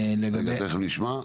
לגבי --- רגע, תכף נשמע.